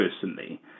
personally